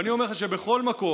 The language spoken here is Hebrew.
ואני אומר לך שבכל מקום,